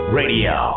radio